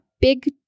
big